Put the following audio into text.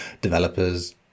developers